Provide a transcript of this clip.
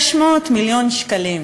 600 מיליון שקלים,